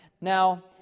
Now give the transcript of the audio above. Now